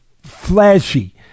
flashy